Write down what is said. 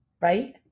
right